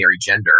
gender